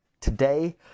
Today